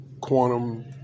quantum